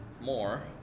more